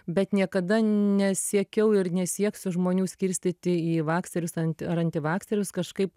bet niekada nesiekiau ir nesieksiu žmonių skirstyti į vakserius anti ar antivakserius kažkaip